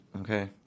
Okay